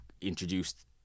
introduced